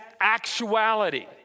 actuality